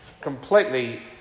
completely